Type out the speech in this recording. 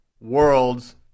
Worlds